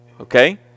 okay